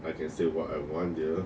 I can say what I want dear